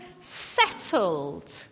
settled